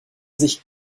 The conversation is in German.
sich